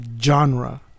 genre